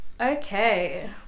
Okay